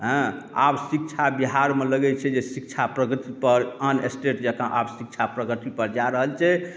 एँ आब शिक्षा बिहारमे लगैत छै जे शिक्षा प्रगति पर आन इस्टेट जकाँ आब शिक्षा प्रगति पर जा रहल छै